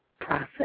process